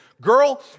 Girl